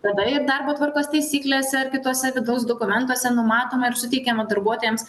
tada ir darbo tvarkos taisyklėse ar kituose vidaus dokumentuose numatoma ir suteikiama darbuotojams